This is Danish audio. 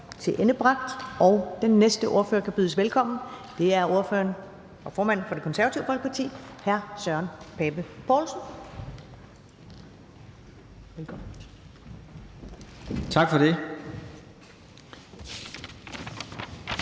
vi kan byde den næste ordfører velkommen. Det er ordføreren, og formanden, for Det Konservative Folkeparti, hr. Søren Pape Poulsen. Velkommen. Kl.